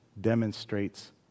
demonstrates